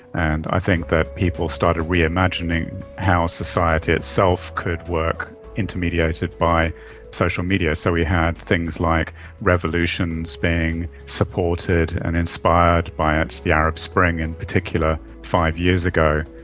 and i think that people started reimagining how a society itself could work intermediated by social media. so we had things like revolutions being supported and inspired by it, the arab spring in particular five years ago.